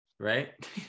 Right